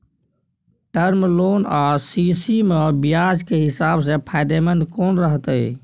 Term loan आ CC म ब्याज के हिसाब से फायदेमंद कोन रहते?